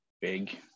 big